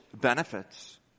benefits